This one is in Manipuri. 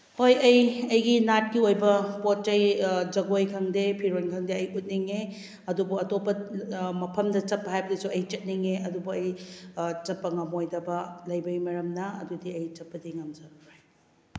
ꯍꯣꯏ ꯑꯩ ꯑꯩꯒꯤ ꯅꯥꯠꯀꯤ ꯑꯣꯏꯕ ꯄꯣꯠ ꯆꯩ ꯖꯒꯣꯏ ꯈꯪꯗꯦ ꯐꯤꯔꯣꯜ ꯈꯪꯗꯦ ꯑꯩ ꯎꯠꯅꯤꯡꯉꯦ ꯑꯗꯨꯕꯨ ꯑꯇꯣꯞꯄ ꯃꯐꯝꯗ ꯆꯠꯄ ꯍꯥꯏꯕꯗꯨꯁꯨ ꯑꯩ ꯆꯠꯅꯤꯡꯉꯦ ꯑꯗꯨꯕꯨ ꯑꯩ ꯆꯠꯄ ꯉꯝꯃꯣꯏꯗꯕ ꯂꯩꯕꯒꯤ ꯃꯔꯝꯅ ꯑꯗꯨꯗꯤ ꯑꯩ ꯆꯠꯄꯗꯤ ꯉꯝꯖꯔꯔꯣꯏ